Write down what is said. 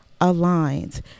Aligned